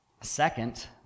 Second